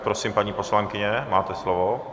Prosím, paní poslankyně, máte slovo.